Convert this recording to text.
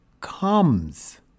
comes